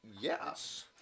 Yes